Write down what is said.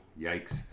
yikes